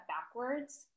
backwards